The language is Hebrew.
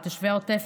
או "תושבי העוטף",